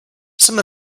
some